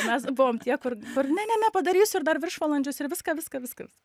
mes buvom tie kur kur dabar ne ne ne padarysiu ir dar viršvalandžius ir viską viską viskas